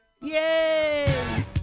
Yay